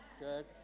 Good